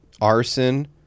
Arson